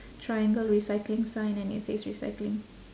triangle recycling sign and it says recycling